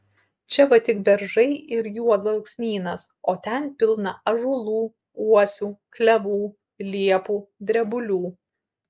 čia va tik beržai ir juodalksnynas o ten pilna ąžuolų uosių klevų liepų drebulių